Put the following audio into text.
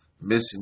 missing